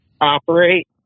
operate